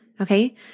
Okay